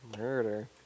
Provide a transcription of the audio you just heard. Murder